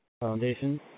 Foundation